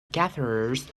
gatherers